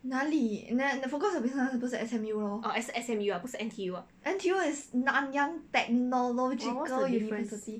哪里 the focus on business [one] 不是 S_M_U lor N_T_U is nanyang technological university